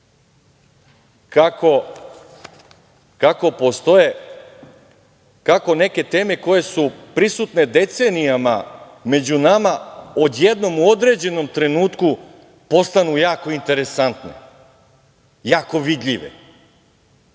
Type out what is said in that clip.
kako neke teme koje su prisutne decenijama među nama odjednom u određenom trenutku postanu jako interesantne, jako vidljive,